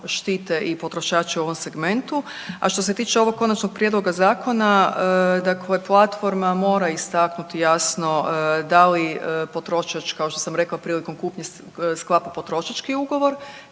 štite i potrošače u ovom segmentu. A što se tiče ovog konačnog prijedloga zakona platforma mora istaknuti jasno da li potrošač kao što sam rekla prilikom kupnje sklapa potrošački ugovor